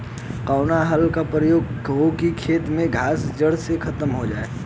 कवने हल क प्रयोग हो कि खेत से घास जड़ से खतम हो जाए?